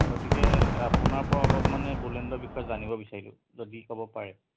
গতিকে আপোনাৰ পৰা অলপ মানে বড়োলেণ্ডৰ বিষয়ে জানিব বিচাৰিলোঁ যদি ক'ব পাৰে